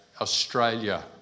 Australia